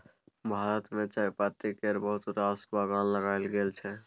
भारत मे चायपत्ती केर बहुत रास बगान लगाएल गेल छै